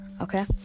Okay